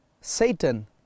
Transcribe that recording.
Satan